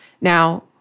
Now